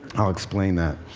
i'll explain that.